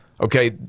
Okay